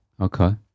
Okay